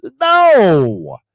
No